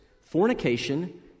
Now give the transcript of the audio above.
fornication